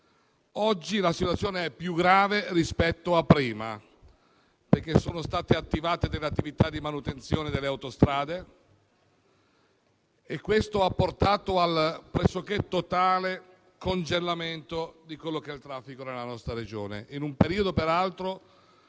Oggi la situazione è più grave rispetto a prima, perché sono state attivate delle attività di manutenzione delle autostrade che hanno portato al pressoché totale congelamento del traffico nella nostra Regione,